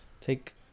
take